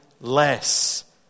less